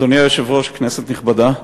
אדוני היושב-ראש, כנסת נכבדה,